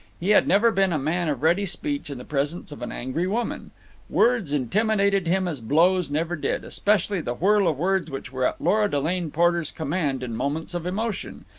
he had never been a man of ready speech in the presence of an angry woman words intimidated him as blows never did, especially the whirl of words which were at lora delane porter's command in moments of emotion.